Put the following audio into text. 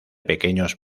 pequeños